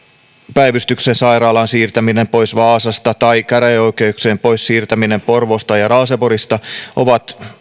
päivystyksen sairaalan siirtäminen pois vaasasta tai käräjäoikeuksien siirtäminen pois porvoosta ja raaseporista ovat